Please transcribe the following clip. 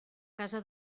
casa